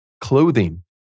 clothing